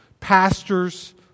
pastors